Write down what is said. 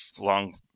long